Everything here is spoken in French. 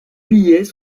billets